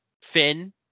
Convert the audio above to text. Finn